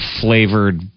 flavored